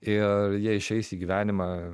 ir jie išeis į gyvenimą